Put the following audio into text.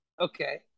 Okay